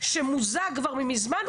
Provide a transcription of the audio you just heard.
שמוזג כבר מזמן,